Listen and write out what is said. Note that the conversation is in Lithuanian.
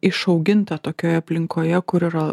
išauginta tokioj aplinkoje kur yra